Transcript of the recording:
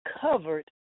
covered